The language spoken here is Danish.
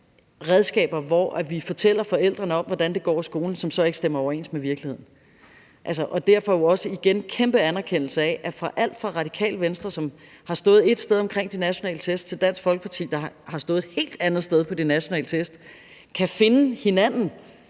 redskaber til at fortælle forældrene, hvordan det går i skolen, hvis det så ikke stemmer overens med virkeligheden. Der er jo derfor også en kæmpe anerkendelse af, at alle fra Radikale Venstre, som har stået ét sted i forhold til de nationale test, til Dansk Folkeparti, der har stået et helt andet sted i forbindelse med de nationale test, kan finde hinanden